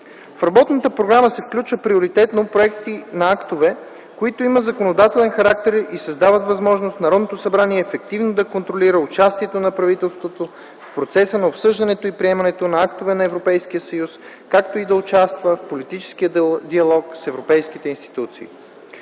В работната програма се включват приоритетно проекти на актове, които имат законодателен характер и създават възможност Народното събрание ефективно да контролира участието на правителството в процеса на обсъждането и приемането на актовете на Европейския съюз, както и да участва в политическия диалог с европейските институции.